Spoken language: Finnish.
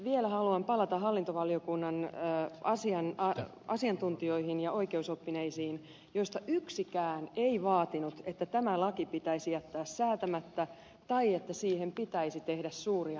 vielä haluan palata hallintovaliokunnan asiantuntijoihin ja oikeusoppineisiin joista yksikään ei vaatinut että tämä laki pitäisi jättää säätämättä tai että siihen pitäisi tehdä suuria muutoksia